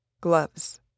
Gloves